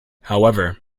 however